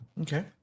Okay